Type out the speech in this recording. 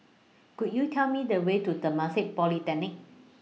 Could YOU Tell Me The Way to Temasek Polytechnic